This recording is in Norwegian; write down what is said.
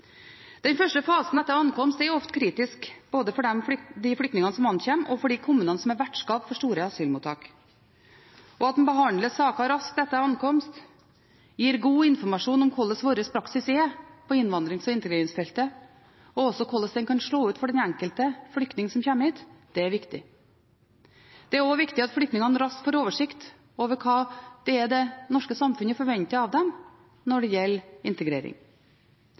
Den første fasen etter ankomst er ofte kritisk, både for flyktningene som ankommer, og for de kommunene som er vertskap for store asylmottak. At man behandler saker raskt etter ankomst, gir god informasjon om hvordan vår praksis er på innvandrings- og integreringsfeltet, og hvordan det kan slå ut for den enkelte flyktning som kommer hit, er viktig. Det er også viktig at flyktningene raskt får oversikt over hva det er det norske samfunnet forventer av dem når det gjelder integrering.